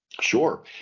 Sure